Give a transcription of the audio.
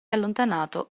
allontanato